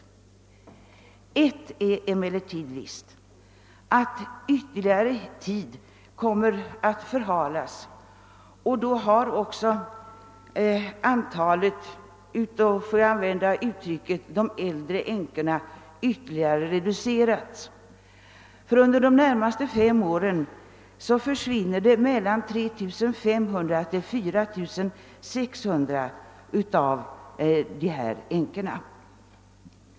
Och en sak är under alla förhållanden viss, nämligen att tiden kommer att förhalas ytterligare. Därigenom kommer också antalet äldre änkor — för att använda det uttrycket — att reduceras ännu mer. Under de närmaste fem åren försvinner nämligen mellan 3500 och 4 600 sådana änkor. Herr talman!